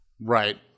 Right